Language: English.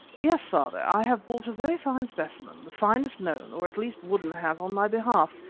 yes, father, i have bought a very fine specimen, the finest known, or at least woodden has on my behalf,